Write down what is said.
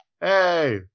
Hey